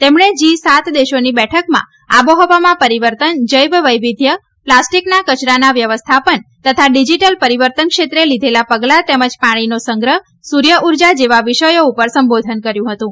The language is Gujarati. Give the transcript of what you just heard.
તેમણે જી સાત દેશોની બેઠકમાં આબોહવામાં પરિવર્તન જૈવ વૈવિધ્ય પ્લાસ્ટીકના કચરાના વ્યવસ્થાપન તથા ડિજીટલ પરિવર્તન ક્ષેત્રે લીધેલાં પગલા તેમજ પાણીનો સંગ્રહ સૂર્ય ઉર્જા જેવા વિષયો ઉપર સંબોધન કર્યું હતું